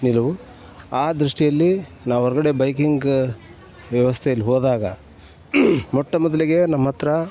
ನಿಲುವು ಆ ದೃಷ್ಟಿಯಲ್ಲಿ ನಾವು ಹೊರಗಡೆ ಬೈಕಿಂಗ್ ವ್ಯವಸ್ಥೆಲಿ ಹೋದಾಗ ಮೊಟ್ಟ ಮೊದಲಿಗೆ ನಮ್ಮ ಹತ್ತಿರ